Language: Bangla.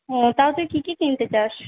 হ্যাঁ তাও তুই কি কি কিনতে চাস